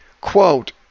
quote